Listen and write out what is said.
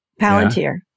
Palantir